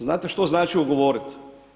Znate što znači ugovorit?